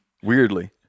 Weirdly